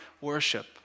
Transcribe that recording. worship